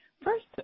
First